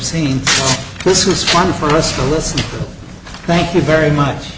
seen this is fun for us to listen thank you very much